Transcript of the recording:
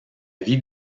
vie